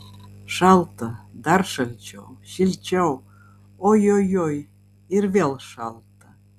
šalta dar šalčiau šilčiau ojojoi ir vėl šalta